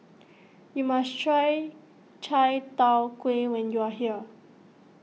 you must try Chai Tow Kway when you are here